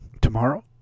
tomorrow